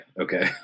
okay